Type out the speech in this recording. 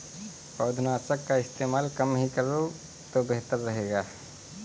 पौधनाशक का इस्तेमाल कम ही करो तो बेहतर रहेगा